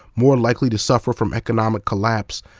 more likely to suffer from economic collapse,